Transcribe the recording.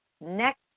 next